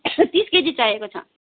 तिस केजी चाहिएको छ